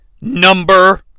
number